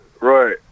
Right